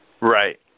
Right